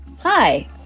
Hi